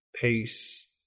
pace